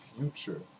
future